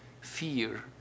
fear